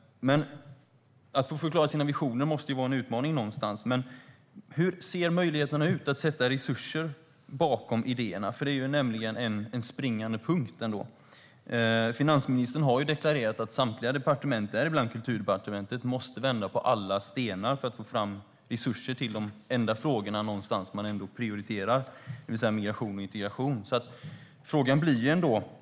Att förklara sina visioner måste ju vara en utmaning, men hur ser möjligheterna ut att sätta resurser bakom idéerna? Det är en springande punkt. Finansministern har deklarerat att samtliga departement, däribland Kulturdepartementet, måste vända på alla stenar för att få fram resurser till de enda frågor man prioriterar, det vill säga migration och integration.